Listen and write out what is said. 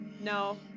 No